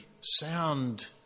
sound